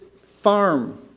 farm